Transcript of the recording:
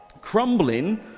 crumbling